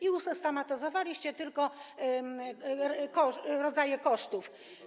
Wy usystematyzowaliście tylko rodzaje kosztów.